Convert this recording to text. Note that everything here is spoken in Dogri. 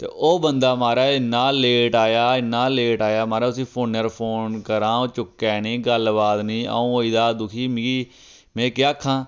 ते ओह् बंदा महाराज़ इन्ना लेट आया इ'न्ना लेट आया महाराज़ उसी फोनै'र फोन करां ओह् चुक्कै नी गल्लबात नेईं आ'ऊं होई गेदा हा दुखी मिगी में केह् आखां